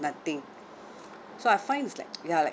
nothing so I find it's like ya like